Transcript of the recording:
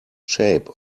shape